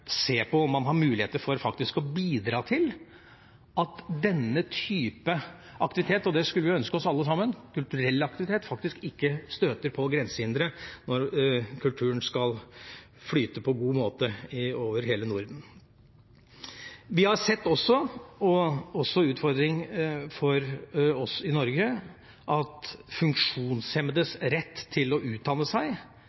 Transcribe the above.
se på om man har muligheter for å bidra til at denne type aktivitet – og det skulle vi ønske oss alle sammen, kulturell aktivitet – ikke støter på grensehindre når kulturen skal flyte på en god måte over hele Norden. Vi har også sett – og det er også en utfordring for oss i Norge – at funksjonshemmedes